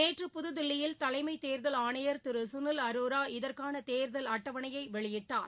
நேற்று புதுதில்லியில் தலைமைத் தேர்தல் ஆணையர் திரு சுனில் அரோரா இதற்காள தேர்தல் அட்டவணையை வெளியிட்டார்